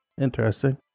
Interesting